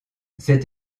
cette